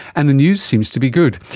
and the news seems to be good.